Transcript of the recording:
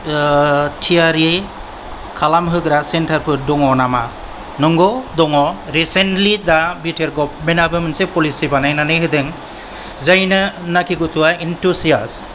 थियारि खालामहोग्रा सेन्टारफोर दङ नामा नंगौ दङ रिसेन्टलि दा बि टि आर गवार्नमेन्टाबो पलिसि बानायनानै होदों जायनो नाकि गथ'वा एनथुजियास्ट